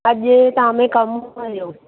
अॼु तव्हां में कमु पियो